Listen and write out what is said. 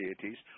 deities